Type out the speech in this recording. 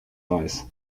weiß